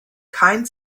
kein